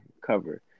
cover